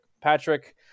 patrick